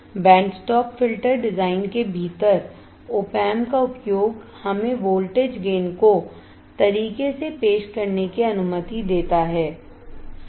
band stop filter design के भीतर opamp का उपयोग हमें वोल्टेज गेन को तरीके से पेश करने की अनुमति देता हैसही